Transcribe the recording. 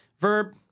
Verb